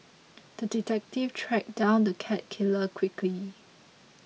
the detective tracked down the cat killer quickly